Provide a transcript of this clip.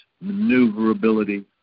maneuverability